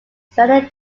stanley